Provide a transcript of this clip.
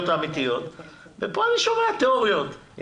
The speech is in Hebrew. האמיתיות וכאן אני שומע תיאוריות.